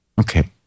Okay